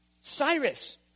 Cyrus